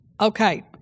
Okay